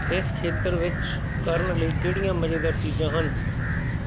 ਇਸ ਖੇਤਰ ਵਿੱਚ ਕਰਨ ਲਈ ਕਿਹੜੀਆਂ ਮਜ਼ੇਦਾਰ ਚੀਜ਼ਾਂ ਹਨ